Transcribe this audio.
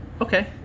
Okay